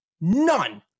none